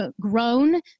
grown